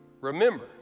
Remember